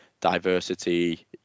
diversity